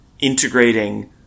integrating